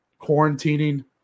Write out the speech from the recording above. quarantining